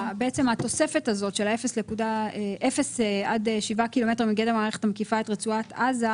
התוספת של מ-0 עד 7 קילומטר מגדר המערכת המקיפה את רצועת עזה,